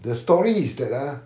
the story is that ah